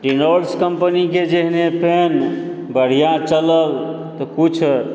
रिनोल्ड्ल कम्पनीके जेहने पेन बढ़िआँ चलल तऽ कुछ